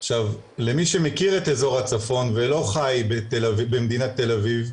עכשיו למי שמכיר את אזור הצפון ולא חי במדינת תל-אביב,